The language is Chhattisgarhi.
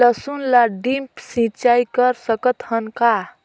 लसुन ल ड्रिप सिंचाई कर सकत हन का?